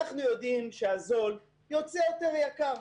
אנחנו יודעים שהזול יוצר יותר יקר.